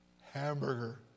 hamburger